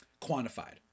quantified